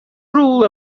rule